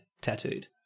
tattooed